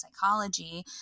psychology